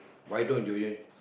why don't you